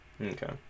Okay